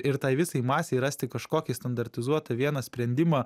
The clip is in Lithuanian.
ir tai visai masei rasti kažkokį standartizuotą vieną sprendimą